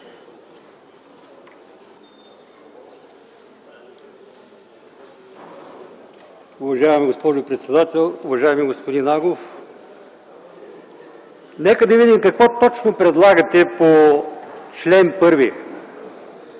Уважаема госпожо председател, уважаеми господин Агов, нека да видим какво точно предлагате по чл.